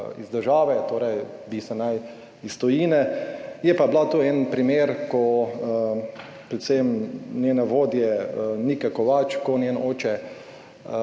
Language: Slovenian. iz države, torej bi se naj iz tujine, je pa bil to en primer, predvsem njene vodje Nike Kovač, ko njen oče